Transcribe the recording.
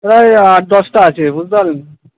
প্রায় আট দশটা আছে বুঝতে পারলেন